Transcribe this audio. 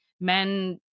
men